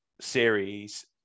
series